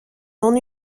non